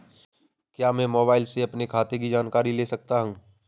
क्या मैं मोबाइल से अपने खाते की जानकारी ले सकता हूँ?